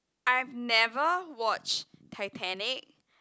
I've never watched Titanic